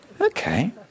okay